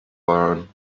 learn